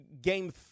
game